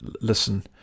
listen